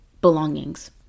belongings